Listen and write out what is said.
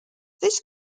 this